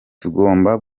tugomba